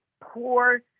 poor